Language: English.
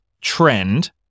trend